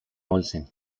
olsen